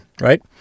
right